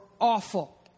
awful